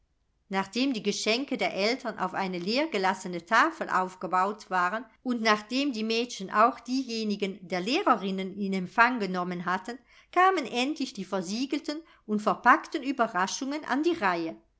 nachdem die geschenke der eltern auf eine leer gelassene tafel aufgebaut waren und nachdem die mädchen auch diejenigen der lehrerinnen in empfang genommen hatten kamen endlich die versiegelten und verpackten ueberraschungen an die reihe